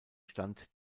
stand